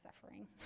Suffering